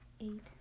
eight